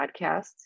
podcasts